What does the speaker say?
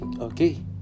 Okay